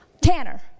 Tanner